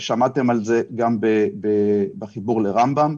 שמעתם על זה גם בחיבור לרמב"ם,